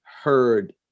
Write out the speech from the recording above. heard